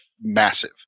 massive